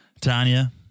Tanya